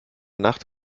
nacht